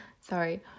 Sorry